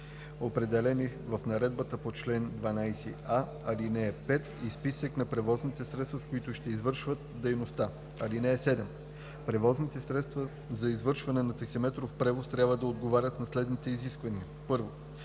определени в наредбата по чл. 12а, ал. 5, и списък на превозните средства, с които ще извършват дейността. (7) Превозните средства за извършване на таксиметров превоз трябва да отговарят на следните изисквания: 1.